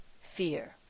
fear